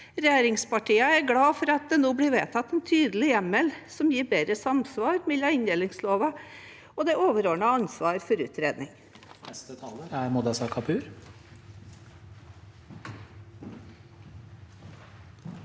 Regjeringspartiene er glade for at det nå blir vedtatt en tydelig hjemmel som gir bedre samsvar mellom inndelingsloven og det overordnede ansvar for utredning.